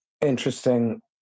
Interesting